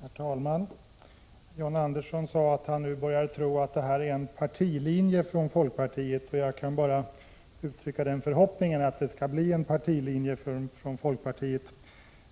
Herr talman! John Andersson sade att han börjar tro att detta är en partilinje för folkpartiet. Jag kan bara uttrycka den förhoppningen att den skall bli folkpartiets partilinje